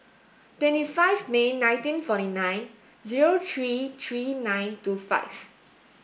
twenty five May nineteen forty nine zero three three nine two five